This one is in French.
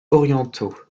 orientaux